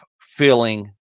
feeling